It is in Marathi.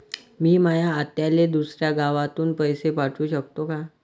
मी माया आत्याले दुसऱ्या गावातून पैसे पाठू शकतो का?